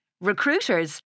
Recruiters